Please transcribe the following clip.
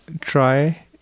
try